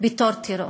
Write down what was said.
בתור טרור.